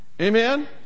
Amen